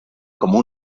como